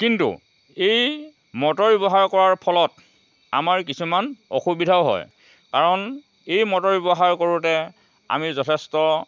কিন্তু এই মটৰ ব্যৱহাৰ কৰাৰ ফলত আমাৰ কিছুমান অসুবিধাও হয় কাৰণ এই মটৰ ব্যৱহাৰ কৰোঁতে আমি যথেষ্ট